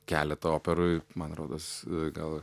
keletą operų man rodos gal